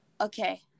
Okay